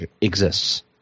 exists